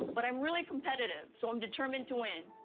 but i'm really competitive, so i'm determined to win.